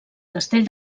castell